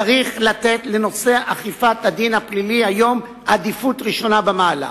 צריך לתת לנושא אכיפת הדין הפלילי היום עדיפות ראשונה במעלה.